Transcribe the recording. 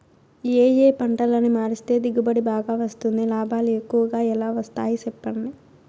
ఏ ఏ పంటలని మారిస్తే దిగుబడి బాగా వస్తుంది, లాభాలు ఎక్కువగా ఎలా వస్తాయి సెప్పండి